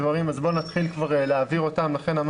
לכן מה